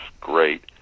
great